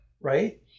right